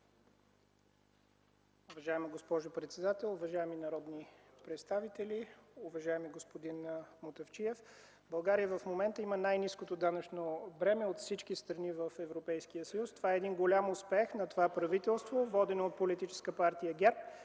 Уважаема госпожо председател, уважаеми народни представители! Уважаеми господин Мутафчиев, България в момента има най-ниското данъчно бреме от всички страни в Европейския съюз. Това е един голям успех на това правителство, водено от политическа партия ГЕРБ.